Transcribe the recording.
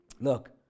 Look